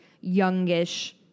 Youngish